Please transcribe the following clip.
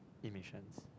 emissions